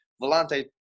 Volante